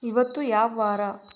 ಇವತ್ತು ಯಾವ ವಾರ